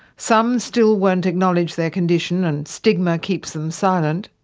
some still won't acknowledge their condition and stigma keeps them silent.